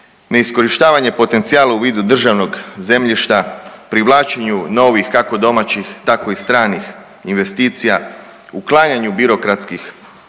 ne iskorištavanje potencijala u vidu državnog zemljišta, privlačenju novih kako domaćih tako i stranih investicija, uklanjanju birokratskih prepreka,